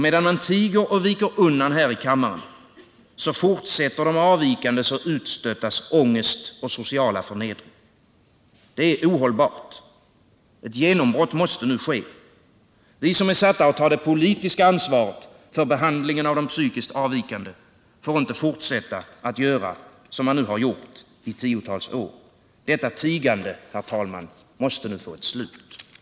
Medan man tiger och viker undan här i kammaren, fortsätter de avvikandes och utstöttas ångest och sociala förnedring. Det är ohållbart. Nu måste ett genombrott ske. Vi som är satta att ta det politiska ansvaret för behandlingen av de psykiskt avvikande får inte fortsätta att göra som man gjort i tiotals år. Tigandet måste nu få ett slut. Herr talman!